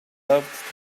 loved